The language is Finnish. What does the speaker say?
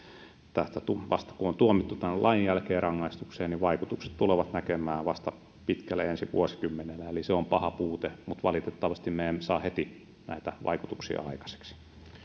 tästä kun on tuomittu tämän lain jälkeen rangaistukseen vaikutukset tullaan näkemään vasta ensi vuosikymmenellä eli se on paha puute valitettavasti me emme saa heti näitä vaikutuksia aikaiseksi